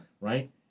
right